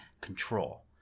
control